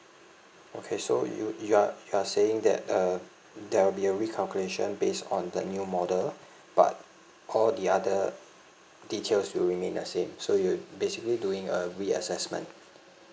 okay so you you are you are saying that uh there will be a recalculation based on the new model but all the other details will remain the same so you basically doing a reassessment